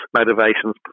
motivations